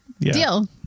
deal